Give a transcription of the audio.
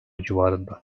civarında